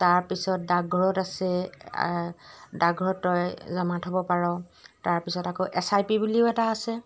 তাৰপিছত ডাকঘৰত আছে ডাকঘৰত তই জমা থ'ব পাৰোঁ তাৰপিছত আকৌ এছ আই পি বুলিও এটা আছে